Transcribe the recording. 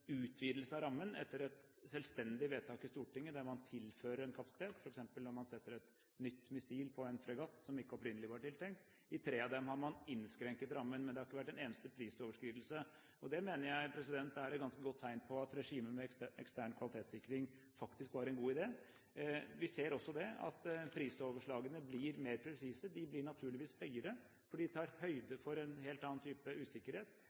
utvidelse av rammen etter et selvstendig vedtak i Stortinget, der man tilfører en kapasitet, f.eks. når man setter et nytt missil på en fregatt som ikke opprinnelig var tiltenkt det. I tre av dem har man innskrenket rammen. Men det har ikke vært en eneste prisoverskridelse. Det mener jeg er et ganske godt tegn på at regimet med ekstern kvalitetssikring faktisk var en god idé. Vi ser også at prisoverslagene blir mer presise – de blir naturligvis høyere, for de tar høyde for en helt annen type usikkerhet.